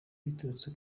biturutse